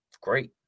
Great